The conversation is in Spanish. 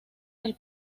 del